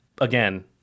again